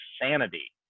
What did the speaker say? insanity